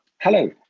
Hello